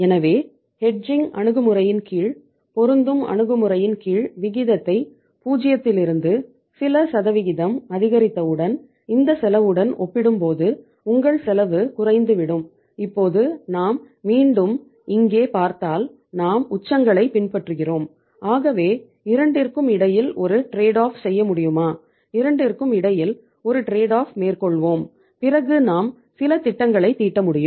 எனவே ஹெட்ஜிங் மேற்கொள்வோம் பிறகு நாம் சில திட்டங்களை தீட்ட முடியும்